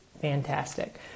Fantastic